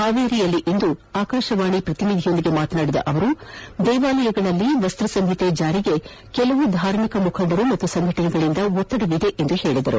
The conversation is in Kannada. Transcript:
ಹಾವೇರಿಯಲ್ಲಿ ಇಂದು ಆಕಾಶವಾಣಿ ಪ್ರತಿನಿಧಿಯೊಂದಿಗೆ ಮಾತನಾಡಿದ ಅವರು ದೇವಾಲಯಗಳಲ್ಲಿ ವಸ್ತ ಸಂಹಿತೆ ಜಾರಿಗೆ ಕೆಲ ಧಾರ್ಮಿಕ ಮುಖಂಡರು ಪಾಗೂ ಸಂಘಟನೆಗಳಿಂದ ಒತ್ತಡವಿದೆ ಎಂದರು